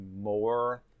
more